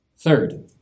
Third